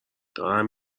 دارم